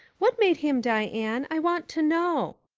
what made him die, anne, i want to know.